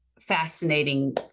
fascinating